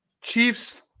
Chiefs